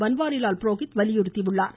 பன்வாரிலால் புரோஹித் வலியுறுத்தியுள்ளார்